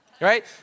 right